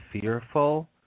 fearful